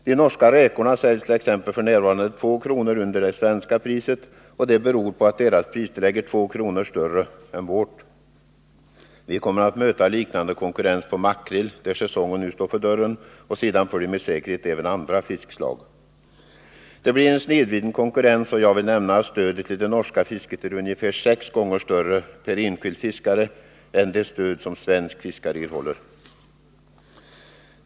De norska räkorna säljs t.ex. f. n. två kronor under det svenska kilopriset, och det beror på att det norska pristillägget är två kronor högre än vårt. Vi kommer att möta liknande konkurrens när det gäller försäljningen av makrill, där säsongen nu står för dörren, och motsvarande läge kommer med säkerhet att uppstå även beträffande andra fiskslag. Det blir en snedvridning av konkurrensen, och jag vill nämna att stödet till det norska fisket per fiskare motsvarar ungefär sex gånger det svenska.